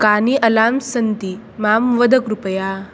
कानि अलार्म्स् सन्ति मां वद कृपया